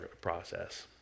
process